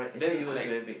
then like